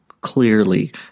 clearly